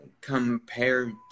compared